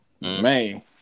Man